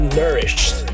nourished